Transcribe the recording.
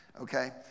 Okay